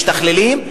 משתכללים,